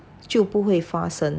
就不会发生